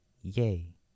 Yay